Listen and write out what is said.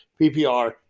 PPR